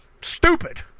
stupid